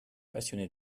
passionné